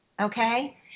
Okay